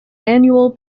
annual